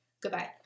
Goodbye